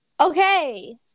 Okay